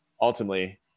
ultimately